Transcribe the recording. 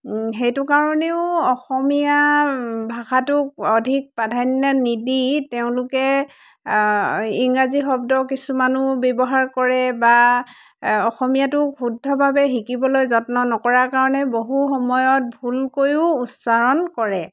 সেইটো কাৰণেও অসমীয়া ভাষাটোক অধিক প্ৰাধান্য নিদি তেওঁলোকে ইংৰাজী শব্দ কিছুমানো ব্যৱহাৰ কৰে বা অসমীয়াটো শুদ্ধভাৱে শিকিবলৈ যত্ন নকৰাৰ কাৰণে বহু সময়ত ভুলকৈও উচ্চাৰণ কৰে